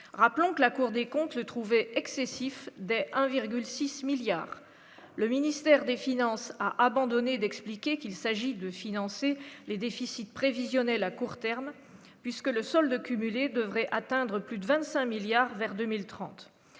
rappelons que la Cour des comptes, le trouver excessif dès 1,6 milliard, le ministère des Finances a abandonné d'expliquer qu'il s'agit de financer les déficits prévisionnels à court terme puisque le solde cumulé devrait atteindre plus de 25 milliards vers 2030